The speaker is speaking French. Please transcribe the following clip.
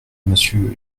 monsieur